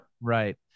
Right